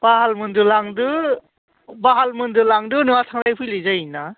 बाहालमोन्दो लांदो बाहालमोन्दो लांदो नोंहा थांलाय फैलाय जायोना